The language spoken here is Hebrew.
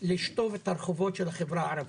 לשטוף את הרחובות של החברה הערבית.